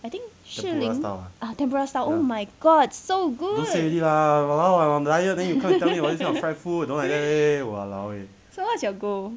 I think 士林 ah style oh my god so so what's your goal